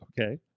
Okay